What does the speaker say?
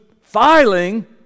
filing